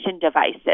devices